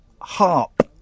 harp